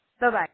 Bye-bye